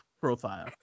profile